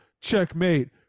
checkmate